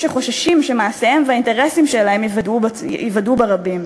שחוששים שמעשיהם והאינטרסים שלהם ייוודעו ברבים.